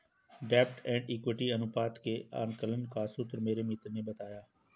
डेब्ट and equity अनुपात के आकलन का सूत्र मेरे मित्र ने बताया